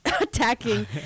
attacking